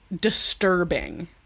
disturbing